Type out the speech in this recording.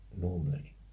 normally